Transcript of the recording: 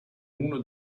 uno